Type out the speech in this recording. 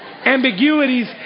ambiguities